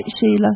Sheila